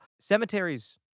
cemeteries